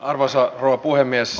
arvoisa rouva puhemies